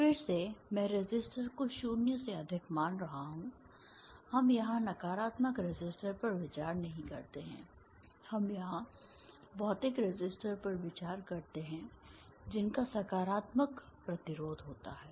फिर से मैं रेसिस्टर को शून्य से अधिक मान रहा हूं हम यहां नकारात्मक रेसिस्टर पर विचार नहीं करते हैं हम यहां भौतिक रेसिस्टर पर विचार करते हैं जिनका सकारात्मक प्रतिरोध होता है